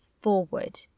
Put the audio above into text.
forward